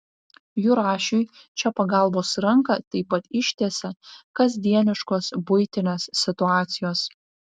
jurašiui čia pagalbos ranką taip pat ištiesia kasdieniškos buitinės situacijos